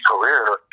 career